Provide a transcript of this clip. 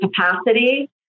capacity